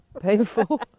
painful